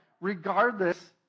regardless